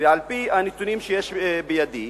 ועל-פי הנתונים שיש בידי,